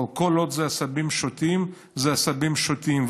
אבל כל עוד הם עשבים שוטים אלה עשבים שוטים.